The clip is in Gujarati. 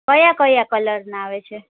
કયા કયા કલરના આવે છે